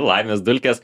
laimės dulkes